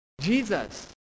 Jesus